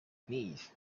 knees